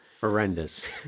Horrendous